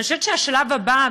אני חושבת שהשלב הבא,